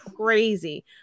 Crazy